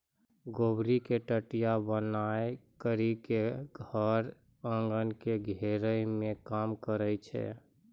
गभोरी के टटया बनाय करी के धर एगन के घेरै मे काम करै छै